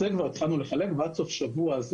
את זה כבר התחלנו לחלק ועד סוף השבוע הזה